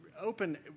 open